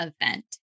event